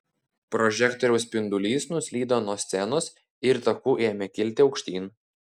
prožektoriaus spindulys nuslydo nuo scenos ir taku ėmė kilti aukštyn